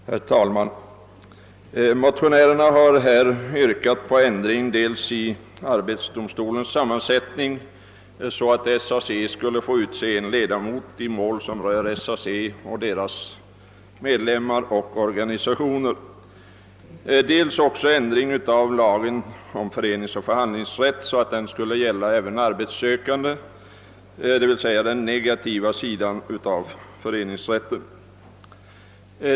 Herr talman! Motionärerna har yrkat dels på ändring i arbetsdomstolens sammansättning, så att SAC skulle få utse en ledamot som skulle inträda som den ene av löntagarledamöterna i domstolen i mål som huvudsakligen rör till SAC anslutna medlemmar och organisationer, dels på ändring i lagen om föreningsoch förhandlingsrätt, så att föreningsrättsskyddet skulle gälla även arbetssökande — d.v.s. den negativa sidan av föreningsrätten.